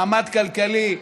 מעמד כלכלי,